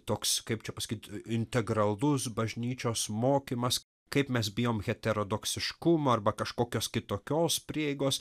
toks kaip čia pasakyt integralus bažnyčios mokymas kaip mes bijom heterodoksiškumo arba kažkokios kitokios prieigos